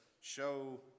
show